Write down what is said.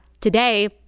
today